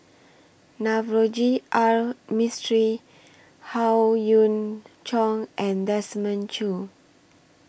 Navroji R Mistri Howe Yoon Chong and Desmond Choo